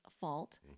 fault